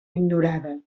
ignorada